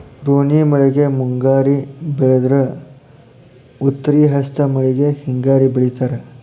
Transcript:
ರೋಣಿ ಮಳೆಗೆ ಮುಂಗಾರಿ ಬೆಳದ್ರ ಉತ್ರಿ ಹಸ್ತ್ ಮಳಿಗೆ ಹಿಂಗಾರಿ ಬೆಳಿತಾರ